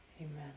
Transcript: amen